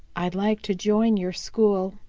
i'd like to join your school,